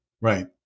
Right